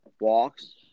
walks